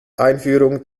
einführung